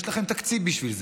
יש לכם תקציב בשביל זה,